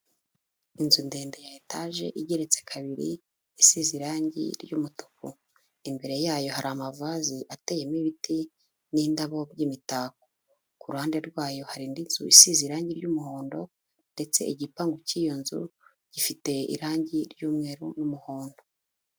Inzu ndende ya etaje igeretse kabiri isize irangi ry'umutuku, imbere yayo hari amavaze ateyemo ibiti n'indabo by'imitako, ku ruhande rwayo hari indi nzu isize irangi ry'umuhondo ndetse igipangu cy'iyo nzu gifite irangi ry'umweru n'umuhondo.